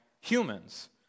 humans